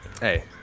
Hey